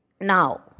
Now